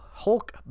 Hulk